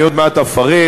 אני עוד מעט אפרט,